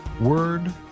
word